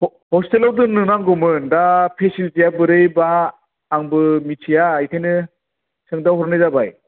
ह'स्टेलाव दोन्नो नांगौमोन दा फेसिलिटिया बोरै बा आंबो मिथिया बेखौनो सोंदावहरनाय जाबाय